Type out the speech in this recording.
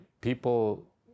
people